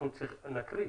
נקריא,